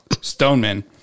Stoneman